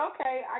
okay